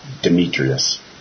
Demetrius